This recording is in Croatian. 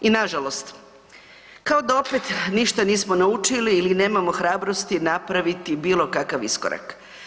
I nažalost, kao da opet ništa nismo naučili ili nemamo hrabrosti napraviti bilo kakav iskorak.